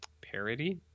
parody